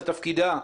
זה תפקידה.